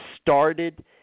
started